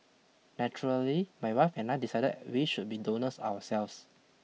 naturally my wife and I decided we should be donors ourselves